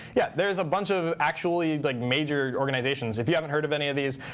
yeah, there is a bunch of actually like major organizations. if you haven't heard of any of these